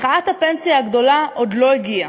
מחאת הפנסיה הגדולה עוד לא הגיעה,